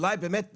אולי באמת,